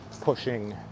pushing